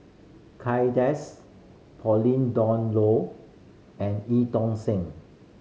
Kay Das Pauline Dawn Loh and Eu Tong Sen